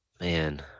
Man